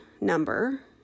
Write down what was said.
number